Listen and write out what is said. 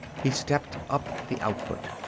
he stepped up the output.